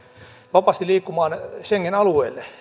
vapaasti liikkumaan schengen alueelle